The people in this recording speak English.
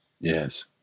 Yes